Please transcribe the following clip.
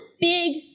big